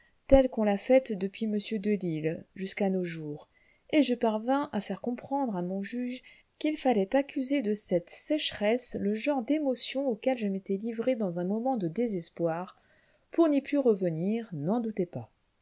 telle qu'on l'a faite depuis m delille jusqu'à nos jours et je parvins à faire comprendre à mon juge qu'il fallait accuser de cette sécheresse le genre d'émotions auxquelles je m'étais livré dans un moment de désespoir pour n'y plus revenir n'en doutez pas